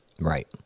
Right